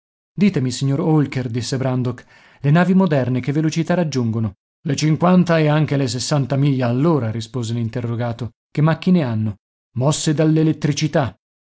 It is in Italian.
ditemi signor holker disse brandok le navi moderne che velocità raggiungono le cinquanta e anche le sessanta miglia all'ora rispose l'interrogato che macchine hanno mosse dall'elettricità e